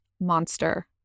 monster